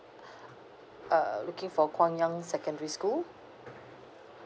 uh looking for guangyang secondary school